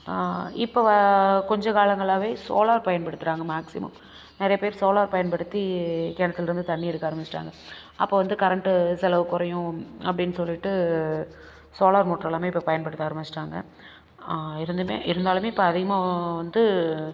இப்போ வ கொஞ்ச காலங்களாகவே சோலார் பயன்படுத்துறாங்க மேக்சிமம் நிறைய பேர் சோலார் பயன்படுத்தி கிணத்துல்ருந்து தண்ணி எடுக்க ஆரமிஷ்ட்டாங்க அப்போ வந்து கரண்ட்டு செலவு குறையும் அப்படின்னு சொல்லிவிட்டு சோலார் மோட்ரு எல்லாமே இப்போ பயன்படுத்த ஆரமிஷ்விட்டாங்க இருந்துமே இருந்தாலுமே இப்போ அதிகமாக வந்து